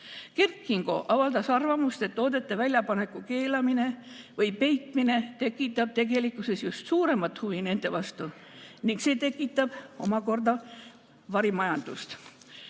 Kert Kingo avaldas arvamust, et toodete väljapaneku keelamine või peitmine tekitab tegelikkuses just suuremat huvi nende vastu ning see tekitab omakorda varimajandust.